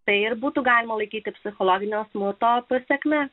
tai ir būtų galima laikyti psichologinio smurto pasekmė